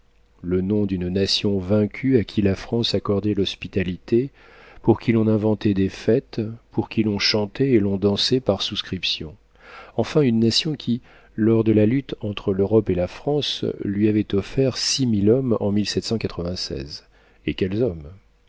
le nom d'une nation vaincue à qui la france accordait l'hospitalité pour qui l'on inventait des fêtes pour qui l'on chantait et l'on dansait par souscription enfin une nation qui lors de la lutte entre l'europe et la france lui avait offert six mille hommes en et quels hommes